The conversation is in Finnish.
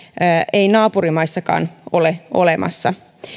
ei naapurimaissakaan ole olemassa